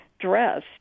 dressed